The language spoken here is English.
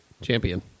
champion